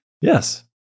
Yes